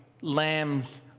lambs